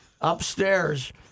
upstairs